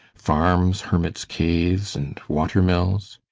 farms, hermit's caves, and water-mills.